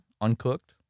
uncooked